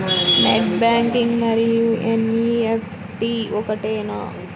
Net banking మరియు NEFT ఒకటేనా?